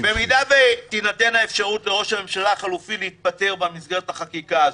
אם תינתן האפשרות לראש הממשלה החילופי להתפטר במסגרת החקיקה הזאת,